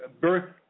birth